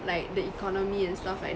like the economy and stuff like